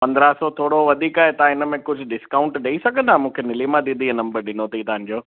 पंद्रहं सौ थोरो वधीक आहे तव्हां इनमें कुझु डिस्काउंट ॾई सघंदा मूंखे नीलिमा दीदी नम्बर ॾिनो थईं तव्हांजो